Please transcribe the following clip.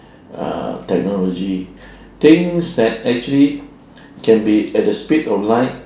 uh technology things that actually can be at the speed of light